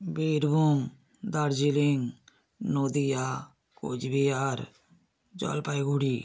Birbhum Darjeeling Nadia Cooch Behar Jalpaiguri